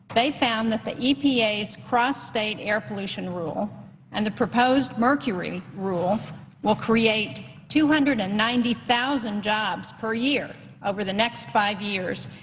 they found that the e p a s cross-state air pollution rule and the proposed mercury rule will create two hundred and ninety thousand jobs per year over the next five years,